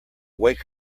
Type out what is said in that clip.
wake